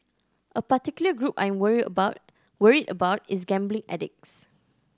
a particular group I'm worry about worried about is gambling addicts